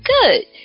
good